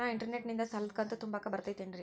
ನಾ ಇಂಟರ್ನೆಟ್ ನಿಂದ ಸಾಲದ ಕಂತು ತುಂಬಾಕ್ ಬರತೈತೇನ್ರೇ?